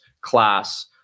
class